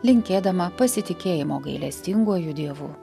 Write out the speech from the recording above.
linkėdama pasitikėjimo gailestinguoju dievu